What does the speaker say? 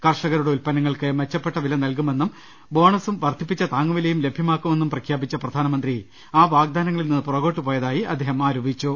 കർഷകരുടെ ഉത്പന്നങ്ങൾക്ക് മെച്ചപ്പെട്ട വില നൽകുമെന്നും ബോണസും വർദ്ധിപ്പിച്ച താങ്ങുവിലയും ലഭ്യമാക്കുമെന്നും പ്രഖ്യാപിച്ച പ്രധാനമന്ത്രി ആ വാഗ്ദാനങ്ങളിൽ നിന്ന് പുറകോട്ട് പ്രോയതായി അദ്ദേഹം ആരോപിച്ചു